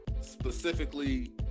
specifically